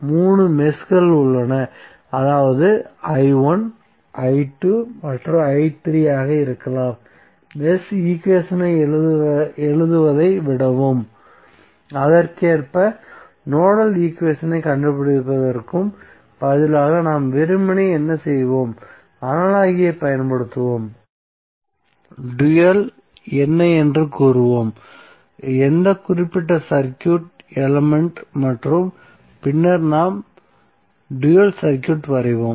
3 மெஷ்கள் உள்ளன அதாவது i1 என்பது i2 மற்றும் i3 ஆக இருக்கலாம் மெஷ் ஈக்குவேஷனை எழுதுவதை விடவும் அதற்கேற்ப நோடல் ஈக்குவேஷனைக் கண்டுபிடிப்பதற்கும் பதிலாக நாம் வெறுமனே என்ன செய்வோம் அனாலஜி ஐ பயன்படுத்துவோம் டூயல் என்ன என்று கூறுவோம் எந்த குறிப்பிட்ட சர்க்யூட் எலமெண்ட் மற்றும் பின்னர் நாம் டூயல் சர்க்யூட் வரைவோம்